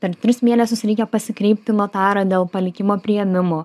per tris mėnesius reikia pasikreipt į notarą dėl palikimo priėmimo